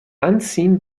anziehen